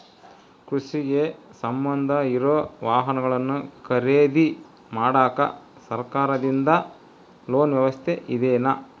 ಕೃಷಿಗೆ ಸಂಬಂಧ ಇರೊ ವಾಹನಗಳನ್ನು ಖರೇದಿ ಮಾಡಾಕ ಸರಕಾರದಿಂದ ಲೋನ್ ವ್ಯವಸ್ಥೆ ಇದೆನಾ?